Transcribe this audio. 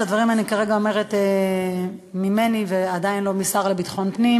את הדברים אני כרגע אומרת ממני ועדיין לא מהשר לביטחון פנים,